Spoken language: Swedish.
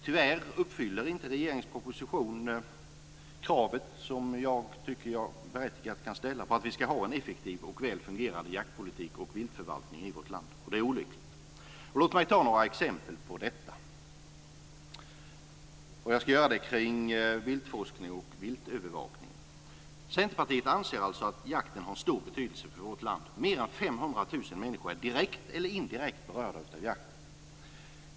Tyvärr uppfyller regeringens proposition inte det krav som jag tycker att jag med berättigande kan ställa på att vi ska ha en effektiv och väl fungerande jaktpolitik och viltförvaltning i vårt land. Det är olyckligt. Låt mig ge några exempel på detta. De avser viltforskning och viltövervakning. Centerpartiet anser alltså att jakten har stor betydelse för vårt land. Mer än 500 000 människor är direkt eller indirekt berörda av jakten.